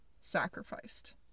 sacrificed